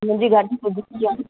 मुंहिंजी गाॾी सुज़ुकी आहे